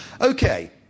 Okay